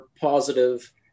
positive